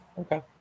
Okay